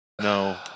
No